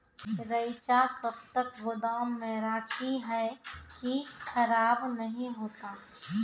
रईचा कब तक गोदाम मे रखी है की खराब नहीं होता?